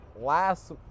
last